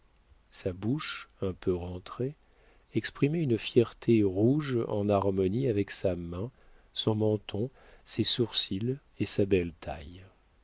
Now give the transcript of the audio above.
sa bouche un peu rentrée exprimait une fierté rouge en harmonie avec sa main son menton ses sourcils et sa belle taille